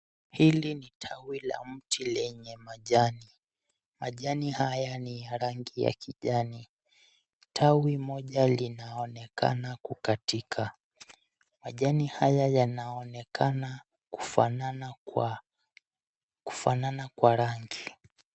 Hili ni tawi la mti lenye majani, Majani haya ni ya rangi ya kijani, tawi moja linaonekana kukatika. Majani haya yanaonekana kufanana kwa rangi.